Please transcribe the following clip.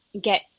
get